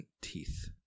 teeth